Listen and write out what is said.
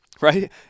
right